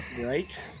Right